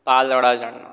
Pal Adajan